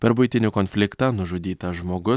per buitinį konfliktą nužudytas žmogus